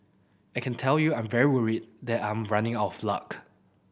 I can tell you I'm very worried that I'm running out of luck